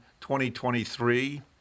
2023